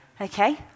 Okay